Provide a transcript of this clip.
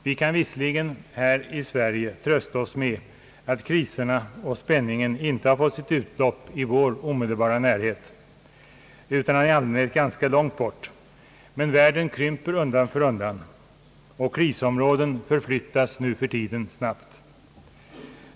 Vi kan visserligen här i Sverige trösta oss med att kriserna och spänningen inte har fått utlopp i vår omedelbara närhet utan i allmänhet ganska långt bort, men världen krymper undan för undan och krisområden förflyttas nu för tiden snabbt.